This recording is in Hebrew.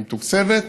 היא מתוקצבת,